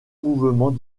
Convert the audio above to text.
mouvements